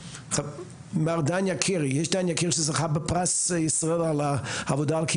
דן יקיר שזכה בפרס ישראל על העבודה על,